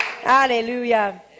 Hallelujah